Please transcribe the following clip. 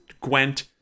Gwent